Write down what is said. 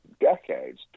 decades